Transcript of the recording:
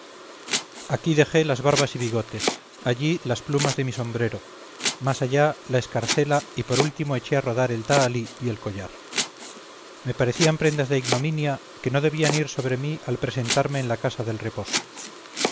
aquí dejé las barbas y bigotes allí las plumas de mi sombrero más allá la escarcela y por último eché a rodar el tahalí y el collar me parecían prendas de ignominia que no debían ir sobre mí al presentarme en la casa del reposo